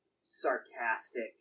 sarcastic